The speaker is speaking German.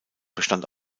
bestand